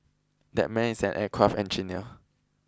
that man is an aircraft engineer